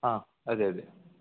അ അതെ അതെ